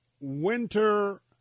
winter